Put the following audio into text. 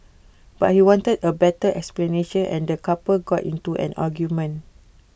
but he wanted A better explanation and the couple got into an argument